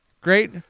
Great